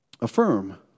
Affirm